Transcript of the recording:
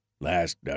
Last –